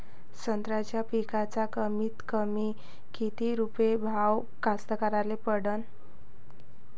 संत्र्याचा पिकाचा कमीतकमी किती रुपये भाव कास्तकाराइले परवडन?